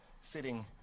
sitting